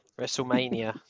WrestleMania